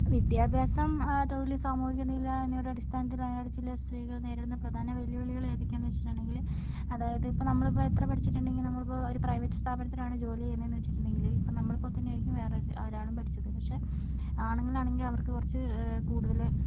വിദ്യാഭ്യാസം തൊഴിൽ സാമൂഹിക നില എന്നിവയുടെ അടിസ്ഥാനത്തിൽ വയനാട് ജില്ലയിലെ സ്ത്രീകൾ നേരിടുന്ന പ്രധാന വെല്ലുവിളികൾ ഏതൊക്കെയാണെന്ന് വെച്ചിട്ടുണ്ടെങ്കിൽ അതായത് ഇപ്പോൾ നമ്മളിപ്പോൾ എത്ര പഠിച്ചിട്ടുണ്ടെങ്കിൽ നമ്മളിപ്പോൾ ഒരു പ്രൈവറ്റ് സ്ഥാപനത്തിലാണ് ജോലി ചെയ്യുന്നതെന്ന് വെച്ചിട്ടുണ്ടെങ്കിൽ ഇപ്പോൾ നമ്മളെ പോലെ തന്നെ ആയിരിക്കും വേറെ ഒരാളും പഠിച്ചത് പക്ഷേ ആണുങ്ങൾ ആണെങ്കിൽ അവർക്ക് കുറച്ച് കൂടുതൽ